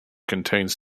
contains